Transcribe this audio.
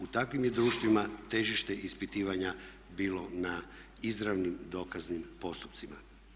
U takvim je društvima težište ispitivanja bilo na izravnim dokaznim postupcima.